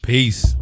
Peace